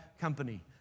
company